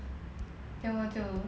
then 我就